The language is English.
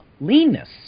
leanness